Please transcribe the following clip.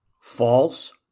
false